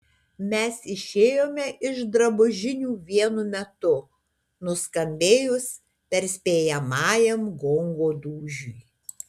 mes išėjome iš drabužinių vienu metu nuskambėjus perspėjamajam gongo dūžiui